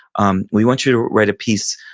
um we want you to write a piece,